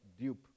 dupe